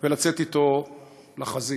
ולצאת אתו לחזית.